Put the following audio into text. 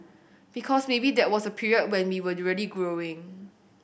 because maybe that was a period when we were really growing